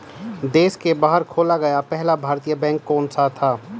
देश के बाहर खोला गया पहला भारतीय बैंक कौन सा था?